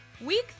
week